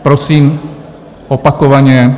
Prosím opakovaně...